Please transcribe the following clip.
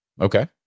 Okay